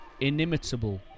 inimitable